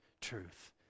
truth